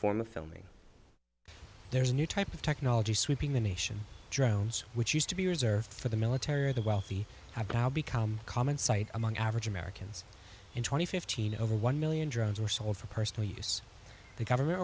form of filming there's a new type of technology sweeping the nation drones which used to be reserved for the military or the wealthy eyebrow become a common sight among average americans in twenty fifteen over one million drugs were sold for personal use the government